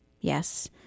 Yes